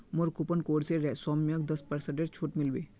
मोर coupon code स सौम्यक दस पेरसेंटेर छूट मिल बे